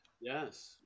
yes